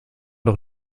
doch